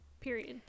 period